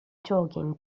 jogging